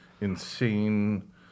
insane